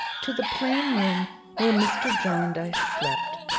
to the plain room where mr. jarndyce slept,